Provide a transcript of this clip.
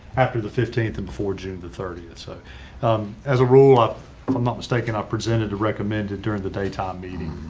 after the fifteenth and before june the thirtieth. so as a rule, ah if i'm not mistaken, i presented to recommend it during the daytime meeting.